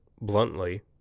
bluntly